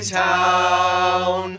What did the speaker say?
town